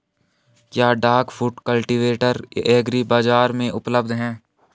क्या duck foot cultivator agri बाज़ार में उपलब्ध है?